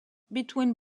between